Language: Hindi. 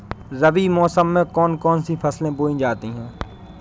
रबी मौसम में कौन कौन सी फसलें बोई जाती हैं?